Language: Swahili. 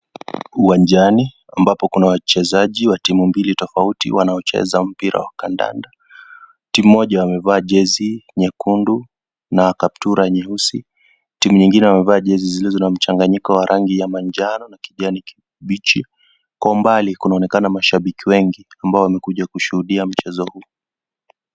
Uwanjani, ambapo kuna wachezaji wa timu mbili tofauti wanaocheza mpira wa kandanda. Timu moja wamevaa jezi nyekundu na kaptura nyeusi. Timu nyingine wamevaa jezi zilizo na mchanganyiko wa rangi ya manjano na kijani kibichi. Kwa umbali, kunaonekana mashabiki wengi ambao wamekuja kushuhudia mchezo huu.